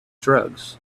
drugs